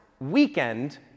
weekend